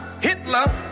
Hitler